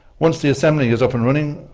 once the assembly is up and running,